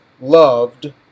loved